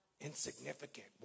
insignificant